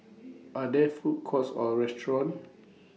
Are There Food Courts Or restaurants